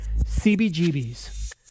CBGB's